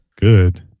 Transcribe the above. Good